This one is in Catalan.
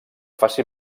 faci